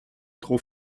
trop